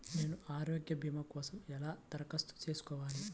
నేను ఆరోగ్య భీమా కోసం ఎలా దరఖాస్తు చేసుకోవాలి?